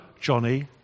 Johnny